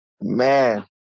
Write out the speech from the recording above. man